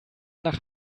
nach